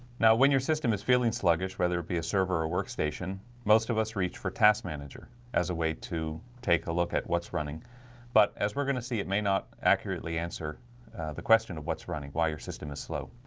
now when your system is feeling sluggish whether it be a server or workstation most of us reach for task manager as a way to take a look at what's running but as we're gonna see it may not accurately answer the question of what's running while your system is slow.